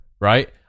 right